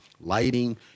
lighting